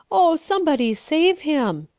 oh, somebody save him